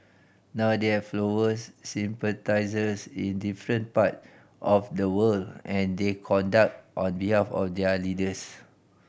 now they have followers sympathisers in different part of the world and they conduct on behalf of their leaders